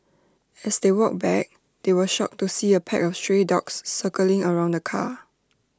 as they walked back they were shocked to see A pack of stray dogs circling around the car